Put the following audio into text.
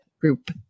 group